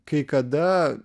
kai kada